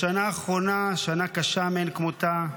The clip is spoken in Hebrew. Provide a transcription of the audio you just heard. בשנה האחרונה, שנה קשה מאין כמותה,